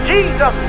Jesus